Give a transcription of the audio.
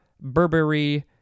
burberry